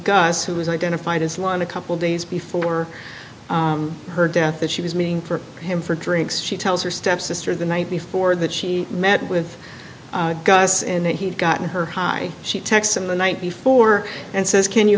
gus who was identified as one a couple days before her death that she was meeting for him for drinks she tells her stepsister the night before that she met with gus and that he'd gotten her high she texts in the night before and says can you